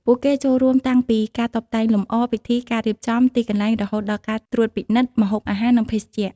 ពួកគេចូលរួមតាំងពីការ តុបតែងលម្អ ពិធី ការរៀបចំ ទីកន្លែង រហូតដល់ការត្រួតពិនិត្យ ម្ហូបអាហារ និងភេសជ្ជៈ។